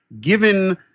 given